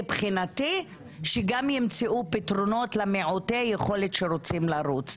מבחינתי שגם ימצאו פתרונות למעוטי יכולת שרוצים לרוץ.